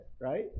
right